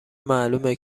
معلومه